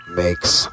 makes